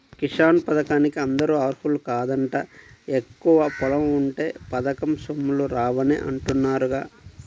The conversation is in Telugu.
కిసాన్ పథకానికి అందరూ అర్హులు కాదంట, ఎక్కువ పొలం ఉంటే పథకం సొమ్ములు రావని అంటున్నారుగా